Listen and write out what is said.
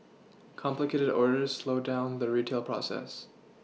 complicated orders slowed down the retail process